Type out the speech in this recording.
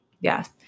Yes